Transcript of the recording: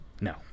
No